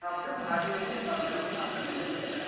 आप जब खाली हों उस हिसाब से आप आ सकते हैं जब चाहें